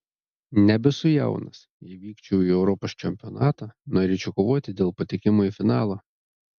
nebesu jaunas jei vykčiau į europos čempionatą norėčiau kovoti dėl patekimo į finalą